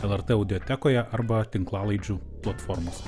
lrt audiotekoje arba tinklalaidžių platformose